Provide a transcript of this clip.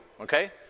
okay